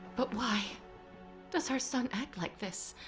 but why does our son act like this?